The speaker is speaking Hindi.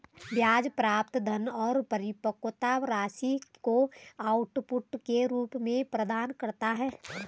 ब्याज प्राप्त धन और परिपक्वता राशि को आउटपुट के रूप में प्रदान करता है